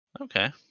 Okay